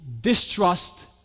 distrust